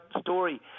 story